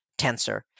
tensor